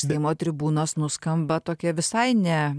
seimo tribūnos nuskamba tokia visai ne